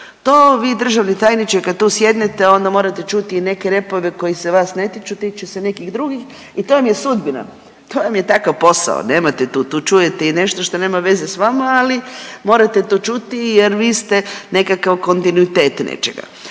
To vi državni tajniče kad tu sjednete onda morate čuti i neke repove koji se vas ne tiču, tiče se nekih drugih i to vam je sudbina, to vam je takav posao nemate tu, tu čujete i nešto što nema veze s vama, ali morate to čuti jer vi ste nekakav kontinuitet nečega.